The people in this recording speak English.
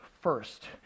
first